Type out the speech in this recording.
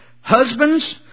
Husbands